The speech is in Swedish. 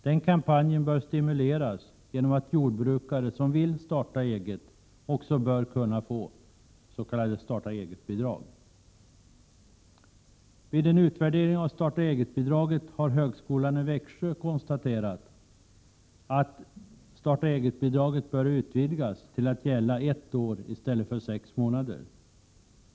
Denna kampanj bör stimuleras genom att jordbrukare som vill starta eget också bör kunna få starta-eget-bidrag. Vid en utvärdering av starta-eget-bidraget har högskolan i Växjö konstaterat att detta bidrag bör utvidgas till att gälla under ett år i stället för sex månader.